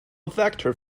vector